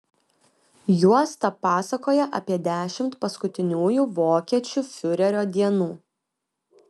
juosta pasakoja apie dešimt paskutiniųjų vokiečių fiurerio dienų